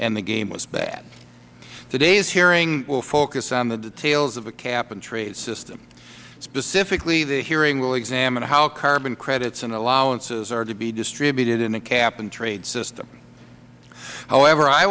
and the game was bad today's hearing will focus on the details of a cap and trade system specifically the hearing will examine how carbon credits and allowances are to be distributed in a cap and trade system however i